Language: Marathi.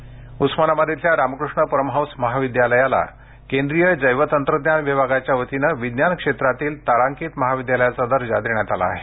स्टार उस्मानाबाद इथल्या रामकृष्ण परमहंस महाविद्यालयाला केंद्रीय जैवतंत्रज्ञान विभागाच्या वतीने विज्ञान क्षेत्रातील तारांकित महाविद्यालयाचा दर्जा देण्यात आला आहे